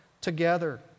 together